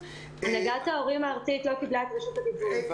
הנהגת ההורים הארצית לא קיבלה את רשות הדיבור.